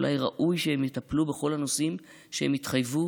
אולי ראוי שהם יטפלו בכל הנושאים שהם התחייבו